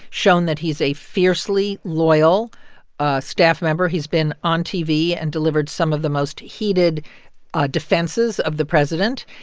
shown that he is a fiercely loyal staff member. he's been on tv and delivered some of the most heated ah defenses of the president.